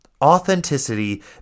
authenticity